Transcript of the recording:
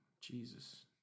Jesus